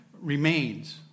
remains